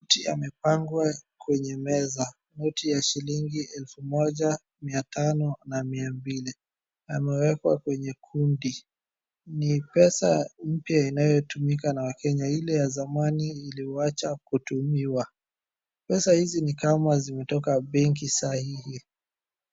Noti yamepangwa kwenye meza. Noti ya shilingi elfu moja, mia tano na mia mbili. Yamewekwa kwenye kundi. Ni pesa mpya inayotumika na wakenya, ile ya zamani iliwacha kutumiwa. Pesa hizi ni kama zimetoka benki saa hii hii.